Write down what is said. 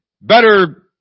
Better